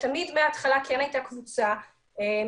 מההתחלה כן הייתה איזושהי קבוצה מסוימת.